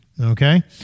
Okay